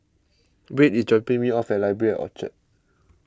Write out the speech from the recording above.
Wade is dropping me off Library Orchard